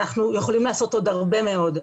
אנחנו יכולים לעשות עוד הרבה מאוד,